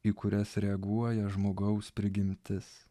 į kurias reaguoja žmogaus prigimtis